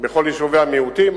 בכל יישובי המיעוטים,